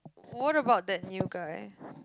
what about that new guy